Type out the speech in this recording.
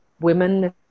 women